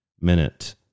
minute